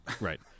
right